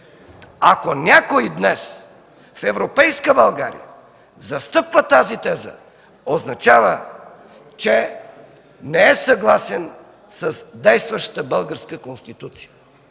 Ако някой днес в европейска България застъпва тази теза означава, че не е съгласен с действащата българска Конституция.